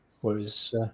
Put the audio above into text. Whereas